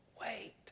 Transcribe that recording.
wait